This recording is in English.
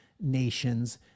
nations